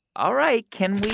all right. can we.